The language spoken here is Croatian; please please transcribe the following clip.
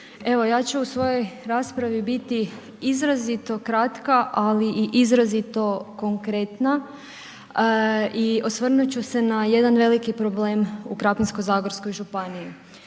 Evo ja ću u svojoj raspravi biti izrazito kratka ali i izrazito konkretna i osvrnut ću se na jedan veliki problem u Krapinsko-zagorskoj županiji.